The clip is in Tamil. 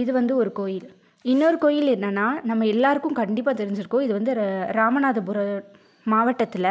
இது வந்து ஒரு கோயில் இன்னொரு கோயில் என்னனா நம்ம எல்லாருக்கும் கண்டிப்பாக தெரிஞ்சிருக்கும் இது வந்து ரா ராமநாதபுரம் மாவட்டத்தில்